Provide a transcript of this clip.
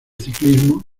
ciclismo